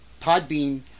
Podbean